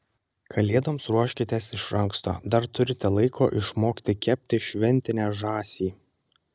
kalėdoms ruoškitės iš anksto dar turite laiko išmokti kepti šventinę žąsį